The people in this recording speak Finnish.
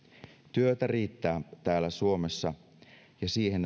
työtä riittää täällä suomessa ja siihen